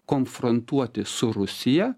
konfrontuoti su rusija